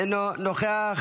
אינו נוכח,